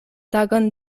tagon